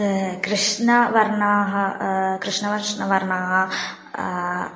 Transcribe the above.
कृष्णवर्णाः कृष्णवर्णाः